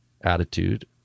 attitude